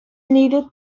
needed